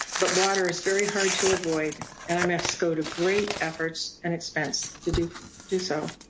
but water is very hard to avoid and i must go to great efforts and expense to do do so.